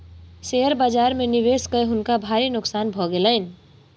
share बाजार में निवेश कय हुनका भारी नोकसान भ गेलैन